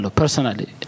personally